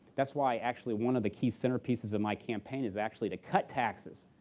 that's why, actually, one of the key center pieces of my campaign is actually to cut taxes.